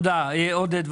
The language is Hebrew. עאידה,